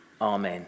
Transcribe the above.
Amen